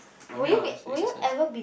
I mean I will exercise